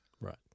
Right